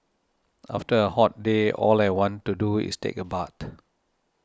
after a hot day all I want to do is take a bath